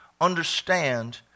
understand